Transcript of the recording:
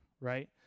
right